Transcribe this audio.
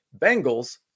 Bengals